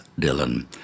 Dylan